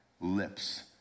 lips